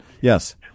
Yes